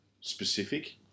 specific